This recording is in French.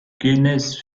kenneth